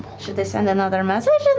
should i send another message and